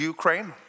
Ukraine